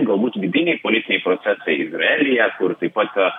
galbūt vidiniai politiniai procesai izraelyje kur taip pat